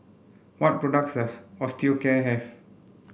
what products does Osteocare have